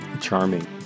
charming